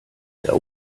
der